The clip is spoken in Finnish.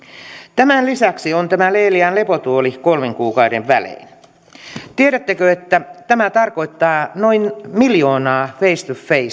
tämän lisäksi on tämä leelian lepotuoli kolmen kuukauden välein tiedättekö että tämä tarkoittaa noin miljoonaa face